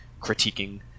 critiquing